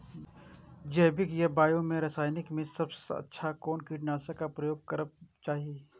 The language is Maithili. जैविक या बायो या रासायनिक में सबसँ अच्छा कोन कीटनाशक क प्रयोग करबाक चाही?